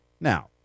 Now